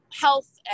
health